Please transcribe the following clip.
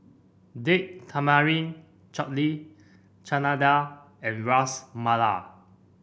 Date Tamarind Chutney Chana Dal and Ras Malai